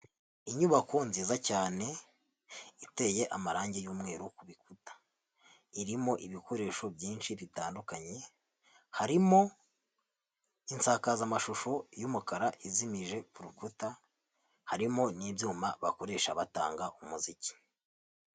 Inyubako nziza cyane iteye amarange y'umweru ku bikuta, irimo ibikoresho byinshi bitandukanye harimo insakazamashusho y'umukara izimije ku rukuta, harimo n'ibyuma bakoresha batanga umuziki.